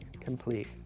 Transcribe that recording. complete